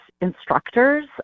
instructors